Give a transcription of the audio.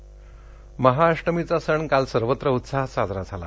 अष्टमी महाअष्टमीचा सण काल सर्वत्र उत्साहात साजरा झाला